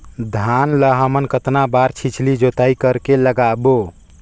धान ला हमन कतना बार छिछली जोताई कर के लगाबो?